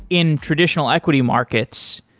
in traditional equity markets,